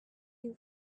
you